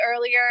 earlier